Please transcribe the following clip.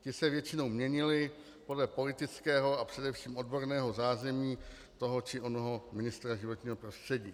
Ti se většinou měnili podle politického a především odborného zázemí toho či onoho ministra životního prostředí.